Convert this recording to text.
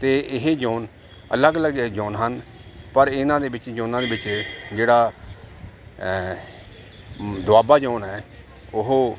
ਅਤੇ ਇਹ ਜੋਨ ਅਲੱਗ ਅਲੱਗ ਜੌਨ ਹਨ ਪਰ ਇਹਨਾਂ ਦੇ ਵਿੱਚ ਜੌਨਾਂ ਦੇ ਵਿੱਚ ਜਿਹੜਾ ਦੁਆਬਾ ਜੌਨ ਹੈ ਉਹ